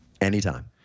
Anytime